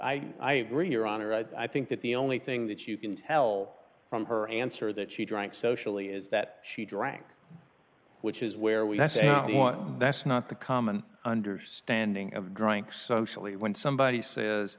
well i agree your honor i think that the only thing that you can tell from her answer that she drank socially is that she drank which is where we that's you know that's not the common understanding of drink socially when somebody says